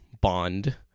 bond